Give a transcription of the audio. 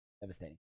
devastating